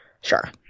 Sure